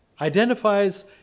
identifies